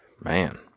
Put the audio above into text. Man